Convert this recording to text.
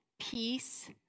peace